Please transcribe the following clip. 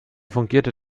fungierte